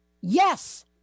Yes